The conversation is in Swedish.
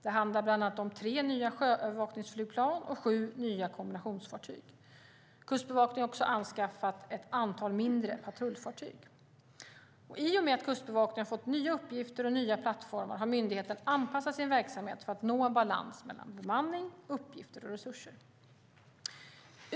Det handlar bland annat om tre nya sjöövervakningsflygplan och sju nya kombinationsfartyg. Kustbevakningen har också anskaffat ett antal mindre patrullfartyg. I och med att Kustbevakningen har fått nya uppgifter och nya plattformar har myndigheten anpassat sin verksamhet för att nå en balans mellan bemanning, uppgifter och resurser.